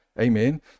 Amen